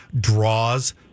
draws